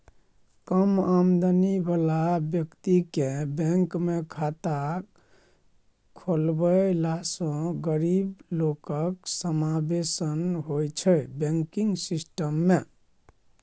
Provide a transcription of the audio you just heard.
कम आमदनी बला बेकतीकेँ बैंकमे खाता खोलबेलासँ गरीब लोकक समाबेशन होइ छै बैंकिंग सिस्टम मे